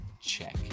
check